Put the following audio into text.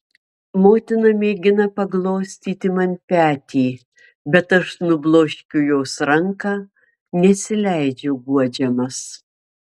motina mėgina paglostyti man petį bet aš nubloškiu jos ranką nesileidžiu guodžiamas